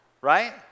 right